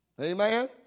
Amen